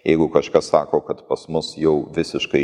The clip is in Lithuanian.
jeigu kažkas sako kad pas mus jau visiškai